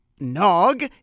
Nog